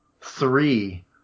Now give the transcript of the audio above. three